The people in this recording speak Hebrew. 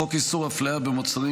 חוק איסור הפליה במוצרים,